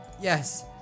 Yes